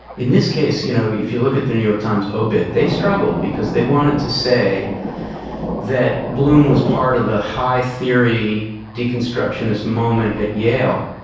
in this case, you know, if you look at the new york times obit, they struggled because they wanted to say that bloom was part of the high theory deconstructionist moment at yale.